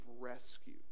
rescue